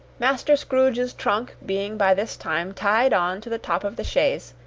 master scrooge's trunk being by this time tied on to the top of the chaise,